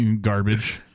garbage